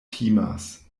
timas